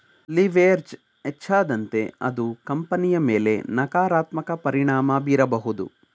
leverage ಹೆಚ್ಚಾದಂತೆ ಅದು ಕಂಪನಿಯ ಮೇಲೆ ನಕಾರಾತ್ಮಕ ಪರಿಣಾಮ ಬೀರಬಹುದು